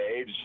age